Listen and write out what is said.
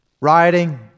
riding